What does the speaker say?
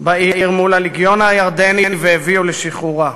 בעיר מול הלגיון הירדני והביאו לשחרורה.